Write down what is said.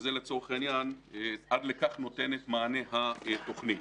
שלצורך העניין עד לכך נותנת מענה התוכנית.